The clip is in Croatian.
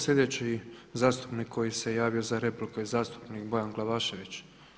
Slijedeći zastupnik koji se javio za repliku je zastupnik Bojan Glavašević.